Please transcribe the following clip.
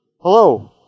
Hello